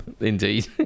indeed